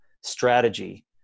strategy